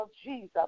Jesus